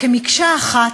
כמקשה אחת,